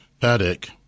Paddock